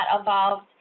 evolved